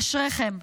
אשריכם,